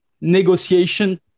negotiation